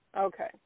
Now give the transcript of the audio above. Okay